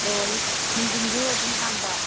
ꯑꯣ ꯅꯨꯡꯊꯤꯟꯁꯨ ꯑꯗꯨꯝ ꯍꯥꯡꯕ